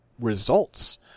results